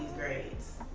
grades.